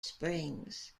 springs